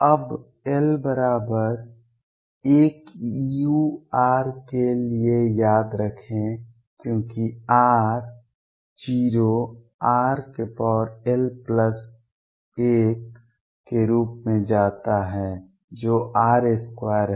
अब l 1 u के लिए याद रखें क्योंकि r → 0 rl1 के रूप में जाता है जो r2 है